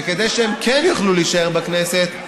וכדי שהם כן יוכלו להישאר בכנסת,